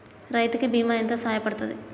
రైతు కి బీమా ఎంత సాయపడ్తది?